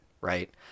right